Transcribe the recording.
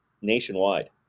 nationwide